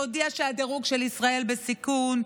שהודיעה שהדירוג של ישראל בסיכון.